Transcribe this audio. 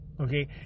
okay